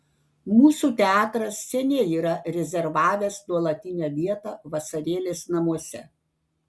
mūsų teatras seniai yra rezervavęs nuolatinę vietą vasarėlės namuose